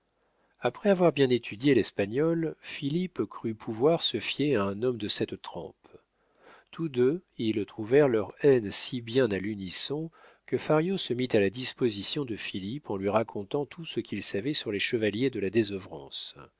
après avoir bien étudié l'espagnol philippe crut pouvoir se fier à un homme de cette trempe tous deux ils trouvèrent leur haine si bien à l'unisson que fario se mit à la disposition de philippe en lui racontant tout ce qu'il savait sur les chevaliers de la